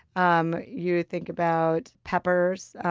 um you think about peppers,